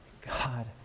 God